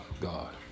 God